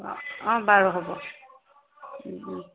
অ অ বাৰু হ'ব